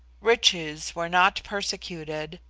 riches were not persecuted,